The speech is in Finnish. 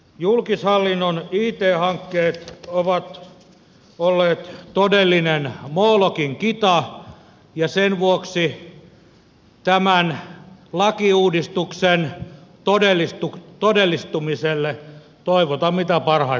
julkishallinnon it hankkeet ovat olleet todellinen molokin kita ja sen vuoksi tämän lakiuudistuksen todellistumiselle toivotan mitä parhainta menestystä